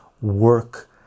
work